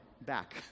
back